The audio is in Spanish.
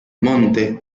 monte